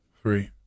Three